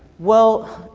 well,